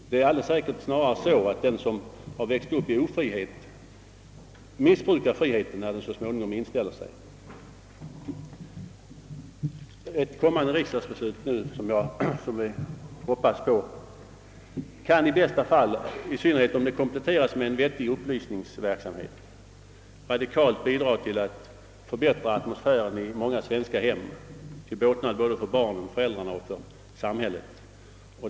Snarare förhåller det sig så att den som vuxit upp i ofrihet missbrukar friheten när den så småningom inställer sig. Ett riksdagsbeslut nu kan i bästa fall — i synnerhet om det kompletteras med en vettig upplysningsverksamhet — radikalt bidra till att förbättra atmosfären i många svenska hem till båtnad för både barnen, föräldrarna och samhället.